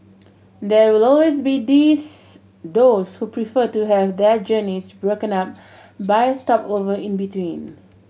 there will always be these those who prefer to have their journeys broken up by a stopover in between